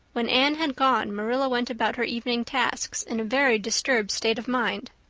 when anne had gone marilla went about her evening tasks in a very disturbed state of mind.